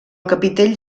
capitell